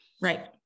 Right